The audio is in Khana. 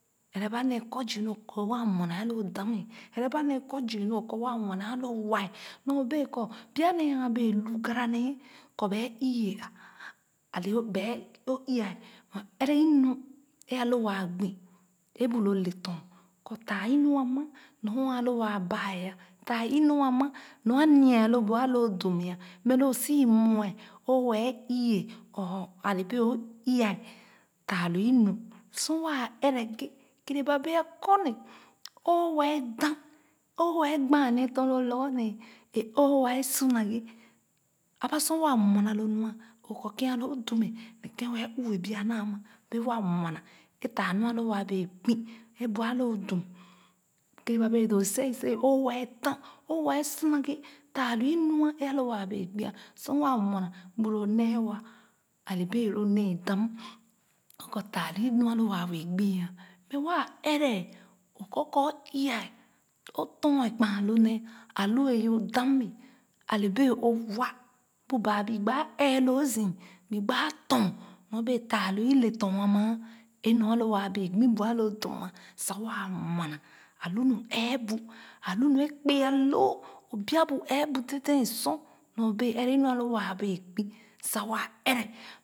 Erɛ ba nee kɔ zù nu o kɔ waa mue naa a loo dam e ɛre ba nee kɔ zii nu o kɔ waa mue naa a lo wa nyo bee kɔ pya nee a bee lu garra nee kɔ bue ii-ye a na ale o bao o iiya ɛrɛ inu e a lo waa gbi e bu loo le tɔn kɔ tah inu a ma nyo a lo waa bae ah fah inu ama nyo i nya a lo bu a loo chum mɛ mɛ lo o sii mue o wɛɛ ii or a le bee o ii-ya tan lo inu sor waa ɛrɛ vhe keerɛ ba bee kɔ ne o wɛɛ dah o waa gbaa nee tɔn loo lorgor nee e o waa su na ghe aba su waa mue naa lo nu a o kɔ mɛ kèn a lo dum ne kèn wɛɛ uue bua naa ma bee waa mua naa e fah nu a lo waa bee gbi e bu alo dum keerɛ ba doo seiye seiye o wɛɛ dah o wɛɛ su naghe tdn lo inu e a lo waa bee gbi sor waa mue naa bu loo nee wa a le bee lo nee-dam o kɔ lo inu a lo waa bee gbi mɛ waa ɛrɛ o kɔ kɔ o ii-ya o tɔn kpan lo nee a lo yo dam mɛ a le bee o wa bu baa bii gbaa ɛɛ loo zii bii gbaa ɛe loo zii bii gbɛ tɔn nyo bee fah lo i le tɔn e nu a lo waa bee gbi bu a lo dum ma sa waa mue na a lu nu ɛɛbu dèdèn sor nyobee ɛrɛ inu a lo waa bee gbu sa waa ɛrɛ.